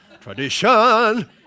tradition